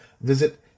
visit